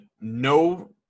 no